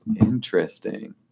Interesting